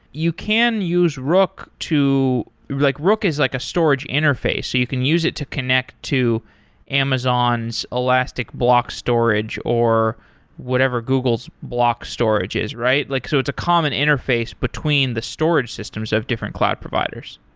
you can use rook to like rook is like a storage interface. so you can use it to connect to amazon's elastic block storage, or whatever google's block storage is, right? like so it's a common interface between the storage systems of different cloud providers.